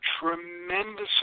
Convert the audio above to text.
tremendous